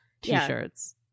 t-shirts